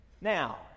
Now